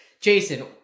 Jason